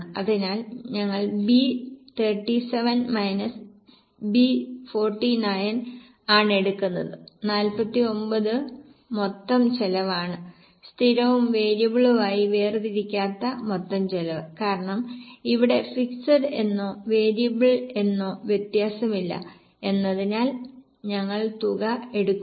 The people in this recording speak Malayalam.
അതിനാൽ ഞങ്ങൾ B 37 B 49 ആണെടുക്കുന്നത് 49 മൊത്തം ചെലവാണ് സ്ഥിരവും വേരിയബിളും ആയി വേർതിരിക്കാത്ത മൊത്തം ചിലവ് കാരണം ഇവിടെ ഫിക്സഡ് എന്നോ വേരിയബിൾ എന്നോ വ്യത്യാസമില്ല എന്നതിനാൽ ഞങ്ങൾ തുക എടുക്കുന്നു